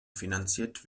finanziert